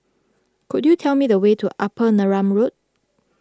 could you tell me the way to Upper Neram Road